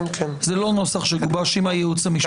זה לא נוסח שגובש עם הייעוץ המשפטי.